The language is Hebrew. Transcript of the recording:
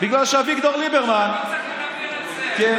בגלל שאביגדור ליברמן, דודי,